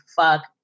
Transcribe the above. fuck